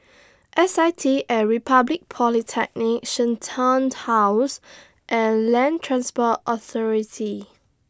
S I T At Republic Polytechnic Shenton House and Land Transport Authority